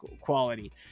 quality